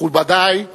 מכובדי,